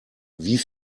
wie